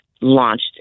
launched